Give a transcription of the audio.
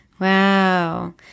Wow